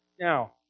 Now